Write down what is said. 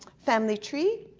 family tree.